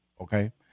Okay